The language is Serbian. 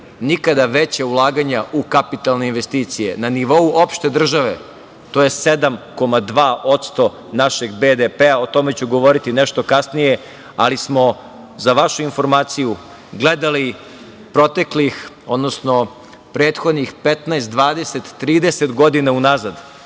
nikada veće ulaganja u kapitalne investicije. Na nivou opšte države to je 7,2% našeg BDP, a o tome ću govoriti nešto kasnije, ali smo za vašu informaciju gledali proteklih odnosno prethodnih 15, 20, 30 godina u nazad,